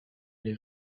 les